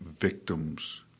victims